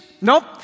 Nope